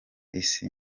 isi